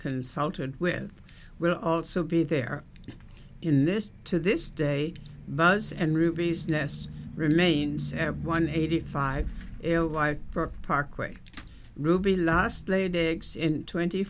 consulted with will also be there in this to this day buzz and ruby's nest remains at one eighty five live for parkway ruby last laid eggs in twenty